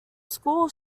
school